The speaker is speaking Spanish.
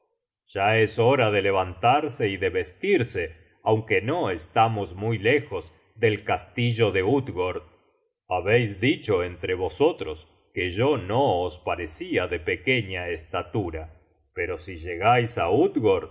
ya es hora de levantarse y de vestirse aunque no estamos muy lejos del castillo de utgord habeis dicho entre vosotros que yo no os parecia de pequeña estatura pero si llegais á